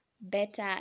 better